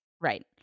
right